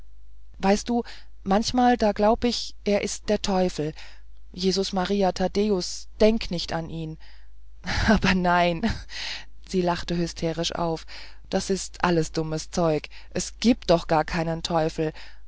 weißt du manchmal da glaub ich er ist der teufel jesus maria thaddäus denk nicht an ihn aber nein sie lachte hysterisch auf das is alles dummes zeug es gibt doch gar keinen teufel